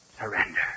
Surrender